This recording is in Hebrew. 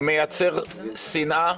מייצר שנאה